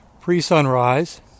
pre-sunrise